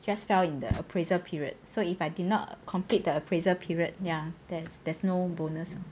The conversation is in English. just fell in the appraiser period so if I did not complete the appraiser period ya there's there's no bonus